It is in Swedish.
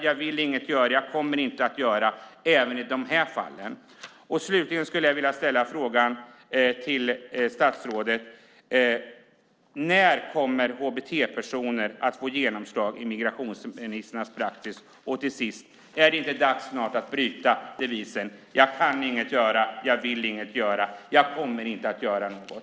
Jag vill inget göra. Jag kommer inte att göra något. Slutligen vill jag fråga statsrådet: När kommer hbt-personer att få genomslag i Migrationsverkets praxis? Är det inte snart dags att bryta devisen: Jag kan inget göra. Jag vill inget göra. Jag kommer inte att göra något.